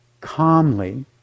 calmly